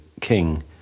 king